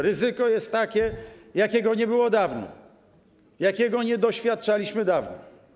Ryzyko jest takie, jakiego nie było dawno, jakiego nie doświadczaliśmy dawno.